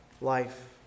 life